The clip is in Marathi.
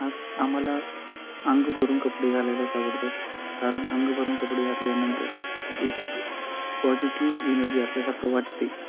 हा गं आम्हाला अंग भरून कपडे घालायलाच आवडतात कारण अंग भरून कपडे घातल्यानंतर एक पॉजिटिव एनर्जी असल्यासारखं वाटते